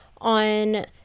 on